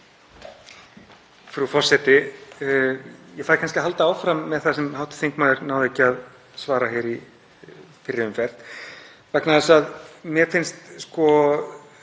Frú forseti. Ég fæ kannski að halda áfram með það sem hv. þingmaður náði ekki að svara í fyrri umferð vegna þess að mér finnst saga